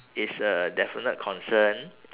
is a definite concern